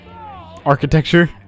Architecture